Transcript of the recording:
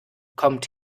kommt